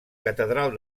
catedral